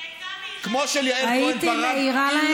אבל אני רוצה להגיד לך שאם זו הייתה רק הערה